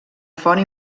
font